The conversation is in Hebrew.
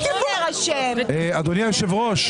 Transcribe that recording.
חברת הכנסת פרידמן,